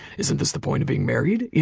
isn't this the point of being married?